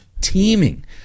teeming